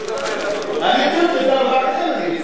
אני אוציא את ארבעתכם, אני אוציא.